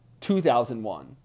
2001